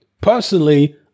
Personally